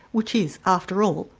which is, after all,